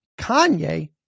Kanye